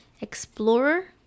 Explorer